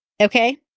Okay